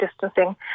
distancing